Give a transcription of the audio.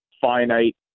finite